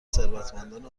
ثروتمندان